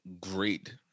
great